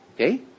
Okay